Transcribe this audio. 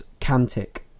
Cantic